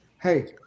Hey